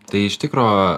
tai iš tikro